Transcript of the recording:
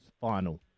final